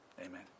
Amen